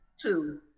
two